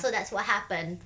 so that's what happened